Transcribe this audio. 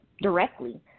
directly